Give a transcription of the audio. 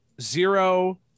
zero